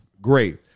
great